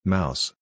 Mouse